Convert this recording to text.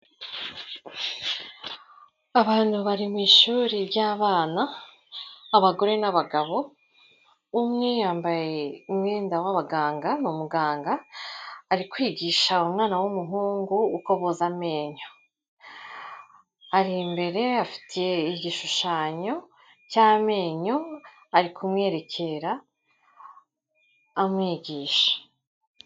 Abantu bari mu ishuri ry'abana abagore n'abagabo, umwe yambaye umwenda w'abaganga ni umuganga ari kwigisha umwana w'umuhungu uko boza amenyo, ari imbere afite igishushanyo cy'amenyo ari kumwerekera amwigisha.